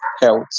health